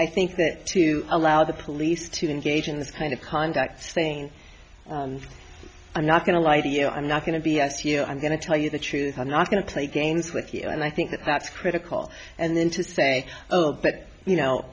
i think that to allow the police to engage in this kind of conduct saying i'm not going to lie to you i'm not going to b s you i'm going to tell you the truth i'm not going to play games with you and i think that's critical and then to say oh but you know